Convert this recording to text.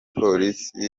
polisi